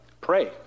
pray